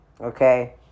Okay